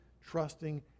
trusting